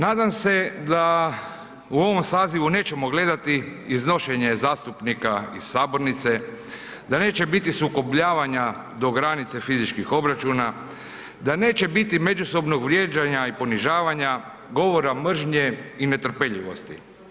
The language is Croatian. Nadam se da u ovom sazivu nećemo gledati iznošenje zastupnika iz sabornice, da neće biti sukobljavanja do granice fizičkih obračuna, da neće biti međusobnog vrijeđanja i ponižavanja, govora mržnje i netrpeljivosti.